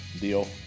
deal